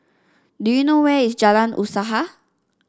do you know where is Jalan Usaha